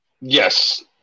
Yes